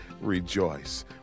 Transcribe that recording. rejoice